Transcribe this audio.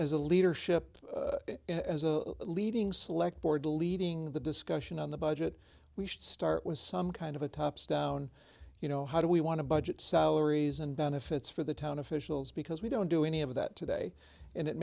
a leadership as a leading select board the leading the discussion on the budget we should start with some kind of a tops down you know how do we want to budget salaries and benefits for the town officials because we don't do any of that today and it